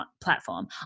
platform